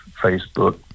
Facebook